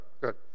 good